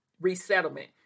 resettlement